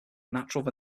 natural